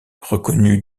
reconnue